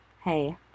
hey